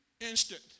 instant